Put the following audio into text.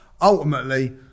ultimately